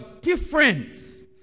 difference